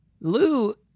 Lou